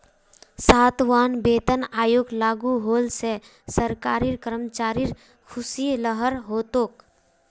सातवां वेतन आयोग लागू होल से सरकारी कर्मचारिर ख़ुशीर लहर हो तोक